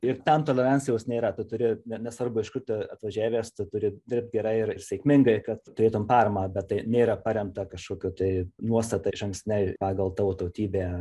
ir ten tolerancijos nėra tu turi ne nesvarbu iš kur tu atvažiavęs tu turi dirbt gerai ir sėkmingai kad turėtum paramą bet tai nėra paremta kažkokiu tai nuostata išankstine pagal tavo tautybę